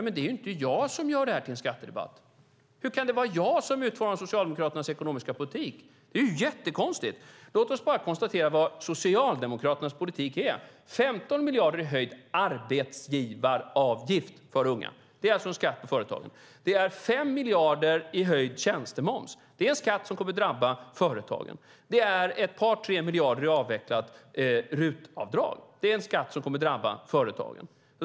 Men det är ju inte jag som gör det här till en skattedebatt. Hur kan det vara jag som utformar Socialdemokraternas ekonomiska politik? Det är jättekonstigt. Låt oss bara konstatera vad Socialdemokraternas politik är: 15 miljarder i höjd arbetsgivaravgift för unga. Det är alltså en skatt på företag. Det är 5 miljarder i höjd tjänstemoms. Det är en skatt som kommer att drabba företagen. Det är ett par tre miljarder i avvecklat RUT-avdrag. Det är en skatt som kommer att drabba företagen.